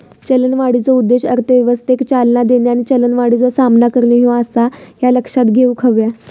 चलनवाढीचो उद्देश अर्थव्यवस्थेक चालना देणे आणि चलनवाढीचो सामना करणे ह्यो आसा, ह्या लक्षात घेऊक हव्या